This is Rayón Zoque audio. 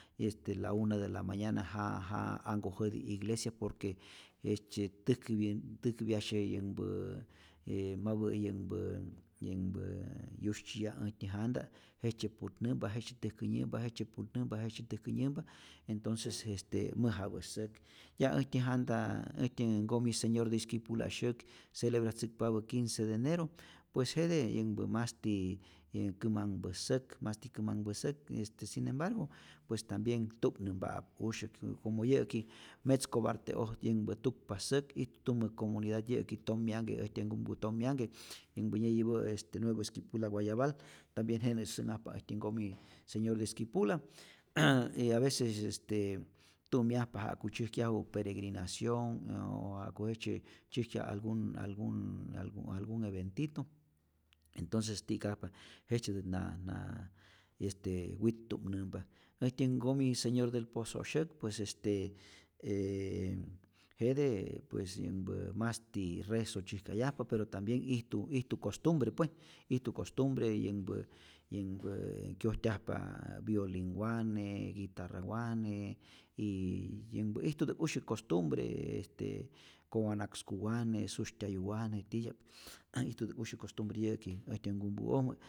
Este la una de la mañana ja ja anhkojäti iglesia por que jejtzye täjkäpyä täjkäpyasye yänhpä je mapä' yänhpä yänhpä yusytzi'yaj äjtyä janta jejtzye putnämpa, jejtzye täjkänyämpa, jejtzye putnämpa, jejtzye täjkänyämpa entonces este mäjapä säk, ya äjtyä janta äjtyä nkomi señor de esquipula' syäk, celebratzäkpapä quince de eneru, pues jete yänhpä masti kämanhpä säk, masti kämanhpä säk, este sin embargo pues tambien tu'mnämpa'ap usyäk, como yä'ki metzkoparte'oj yänhpä tukpa säk, it tumä comuidad yä'ki tom'myanhke äjtyä nkumku, tom'myanhke yänhpä nyäyipä' este nuevo esquipula guayabal, tambien jenä sä'nhajpa äjtyä nkomi señor de esquipula y aveces este tu'myajpa ja'ku tzyäjkyaju peregrinacion oo ja'ku jejtzye tzyäjkyaju algu algun algun algun eventito, entonces ti'kajpa jejtzyetät na na este wit'tu'mnämpa, äjtyä nkomi señor del pozo' syäk, pues este ee jete pues yänhpä masti rezo tzyäjkayajpa, pero tambien ijtu ijtu costumbre pues ijtu costumbre yänhpä yänhpä kyojtyajpa violinh wane, guitarra wane y yänhpa ijtutä'k usyäk costumbre, eeste kowanaksku wane, sustyayu wane titya'p titya'p, ijtutäk usyäk costumbre yä'ki äjtyä nkumku'ojmä